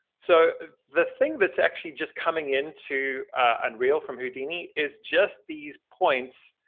so the thing that's actually just coming into unreal from houdini is just these points,